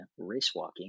racewalking